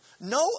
no